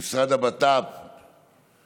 המשרד לביטחון הפנים,